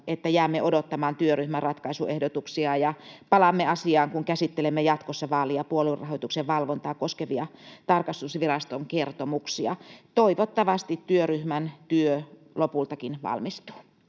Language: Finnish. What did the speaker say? että jäämme odottamaan työryhmän ratkaisuehdotuksia ja palaamme asiaan, kun käsittelemme jatkossa vaali‑ ja puoluerahoituksen valvontaa koskevia tarkastusviraston kertomuksia. Toivottavasti työryhmän työ lopultakin valmistuu.